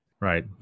Right